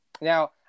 Now